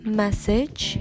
message